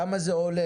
כמה זה עולה?